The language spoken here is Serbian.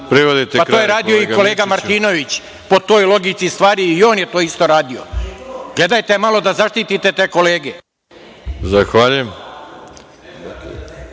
To je radio i kolega Martinović. Po toj logici stvari i on je to isto radio. Gledajte malo da zaštitite kolege. **Veroljub